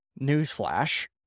Newsflash